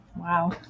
Wow